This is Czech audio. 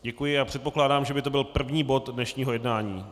Děkuji a předpokládám, že by to byl první bod dnešního jednání.